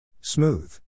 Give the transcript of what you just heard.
Smooth